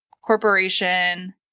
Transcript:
corporation